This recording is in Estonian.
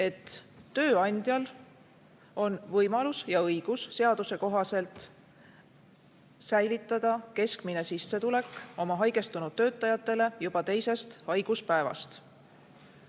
et tööandjal on võimalus ja õigus seaduse kohaselt säilitada keskmine sissetulek oma haigestunud töötajatele juba teisest haiguspäevast.